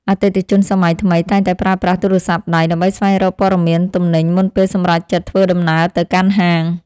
អតិថិជនសម័យថ្មីតែងតែប្រើប្រាស់ទូរស័ព្ទដៃ ដើម្បីស្វែងរកព័ត៌មានទំនិញមុនពេលសម្រេចចិត្តធ្វើដំណើរទៅកាន់ហាង។